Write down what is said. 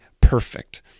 perfect